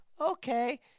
okay